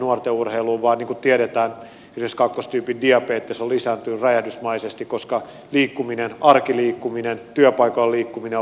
niin kuin tiedetään esimerkiksi kakkostyypin diabetes on lisääntynyt räjähdysmäisesti koska liikkuminen arkiliikkuminen työpaikoilla liikkuminen on vähentynyt